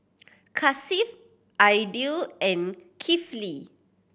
Hasif Aidil and Kifli